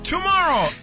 Tomorrow